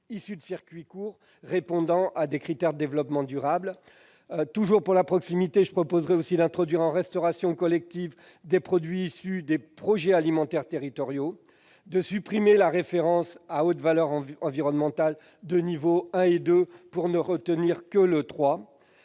issus de circuits courts, répondant à des critères de développement durable. Je proposerai également de privilégier dans la restauration collective des produits issus des projets alimentaires territoriaux, et de supprimer la référence à la haute valeur environnementale de niveaux 1 et 2, pour ne retenir que le